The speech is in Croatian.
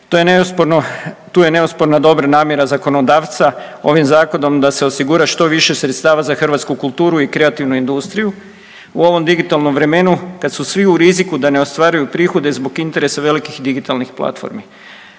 Tu je neosporno dobra namjera zakonodavca ovim zakonom da se osigura što više sredstava za hrvatsku kulturu i kreativnu industriju. U ovom digitalnom vremenu kad su svi u riziku da ne ostvaruju prihode zbog interesa velikih digitalnih platformi.